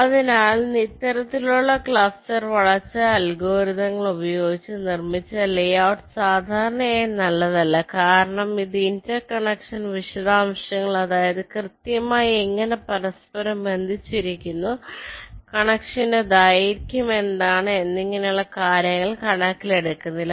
അതിനാൽ ഇത്തരത്തിലുള്ള ക്ലസ്റ്റർ വളർച്ചാ അൽഗോരിതങ്ങൾ ഉപയോഗിച്ച് നിർമ്മിച്ച ലേ ഔട്ട് സാധാരണയായി നല്ലതല്ല കാരണം ഇത് ഇന്റർ കണക്ഷൻ വിശദാംശങ്ങൾ അതായത് കൃത്യമായി എങ്ങനെ പരസ്പരം ബന്ധിപ്പിച്ചിരിക്കുന്നു കണക്ഷന്റെ ദൈർഘ്യം എന്താണ് എന്നിങ്ങനെഉള്ള കാര്യങ്ങൾ കണക്കിലെടുക്കുന്നില്ല